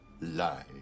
lie